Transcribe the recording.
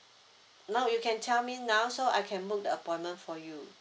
now you can tell me now so I can book the appointment for you